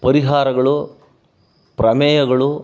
ಪರಿಹಾರಗಳು ಪ್ರಮೇಯಗಳು